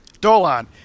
Dolan